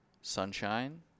sunshine